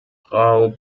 frau